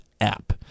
app